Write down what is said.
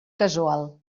casual